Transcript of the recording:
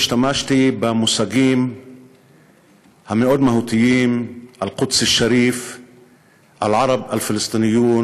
השתמשתי במושגים המאוד-מהותיים "אל-קודס א-שריף אל-ערב אל-פלסטניון